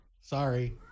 Sorry